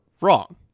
wrong